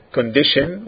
condition